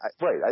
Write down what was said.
Right